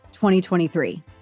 2023